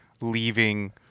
leaving